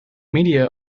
media